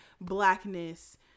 blackness